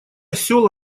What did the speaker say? осел